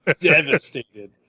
devastated